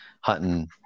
hunting